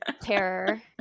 terror